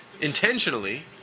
intentionally